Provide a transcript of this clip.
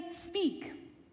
speak